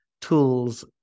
tools